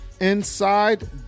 inside